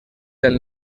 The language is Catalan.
del